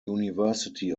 university